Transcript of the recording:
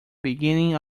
beginning